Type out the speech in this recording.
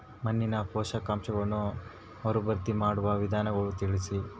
ಮಣ್ಣಿನ ಪೋಷಕಾಂಶಗಳನ್ನು ಮರುಭರ್ತಿ ಮಾಡುವ ವಿಧಾನಗಳನ್ನು ತಿಳಿಸಿ?